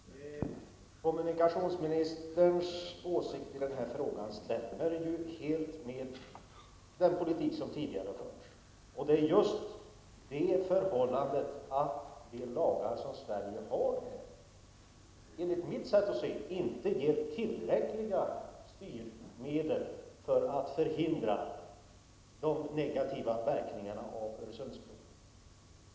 Herr talman! Kommunikationsministerns åsikt i den här frågan stämmer helt med den politik som tidigare har förts. De lagar som Sverige har är, enligt mitt sätt att se, inte tillräckliga styrmedel för att vi skall kunna förhindra de negativa verkningarna av Öresundsbron.